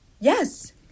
Yes